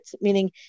meaning